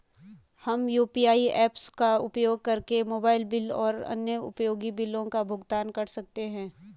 हम UPI apps का उपयोग करके मोबाइल बिल और अन्य उपयोगी बिलों का भुगतान कर सकते हैं